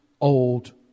old